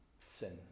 sin